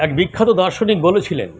এক বিখ্যাত দার্শনিক বলেছিলেন